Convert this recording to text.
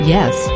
Yes